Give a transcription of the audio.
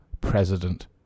president